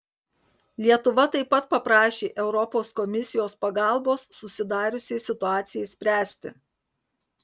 lietuva taip pat paprašė europos komisijos pagalbos susidariusiai situacijai spręsti